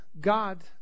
God